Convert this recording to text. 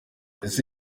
ese